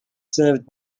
served